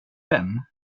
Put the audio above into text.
vän